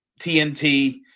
TNT